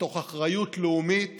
מתוך אחריות לאומית